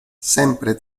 sempre